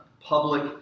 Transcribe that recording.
public